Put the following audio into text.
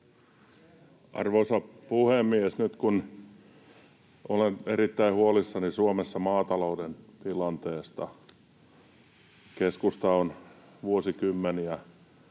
Arvoisa puhemies! Nyt olen erittäin huolissani maatalouden tilanteesta Suomessa. Keskusta on vuosikymmeniä